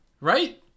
right